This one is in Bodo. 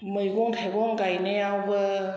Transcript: मैगं थायगं गायनायावबो